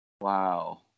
Wow